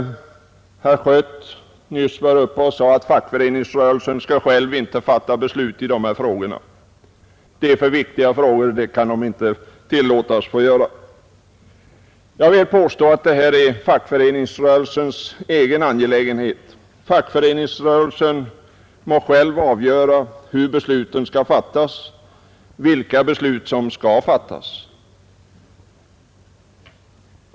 Herr Schött sade nyss att fackföreningsrörelsen själv inte skall fatta beslut i dessa frågor — det är för viktiga frågor för att den skall tillåtas göra det. Jag vill påstå att detta är fackföreningsrörelsens egen angelägenhet. Fackföreningsrörelsen må själv avgöra vilka beslut som skall fattas.